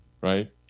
right